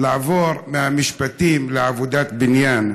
לעבור מהמשפטים לעבודת בניין.